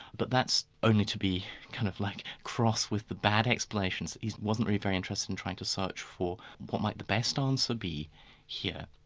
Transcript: but that's only to be kind of, like, cross with the bad explanations. he wasn't really very interested in trying to search for what might the best um answer be here.